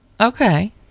Okay